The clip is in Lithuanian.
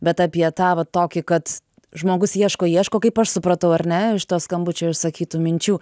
bet apie ta vat tokį kad žmogus ieško ieško kaip aš supratau ar ne iš to skambučio išsakytų minčių